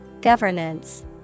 Governance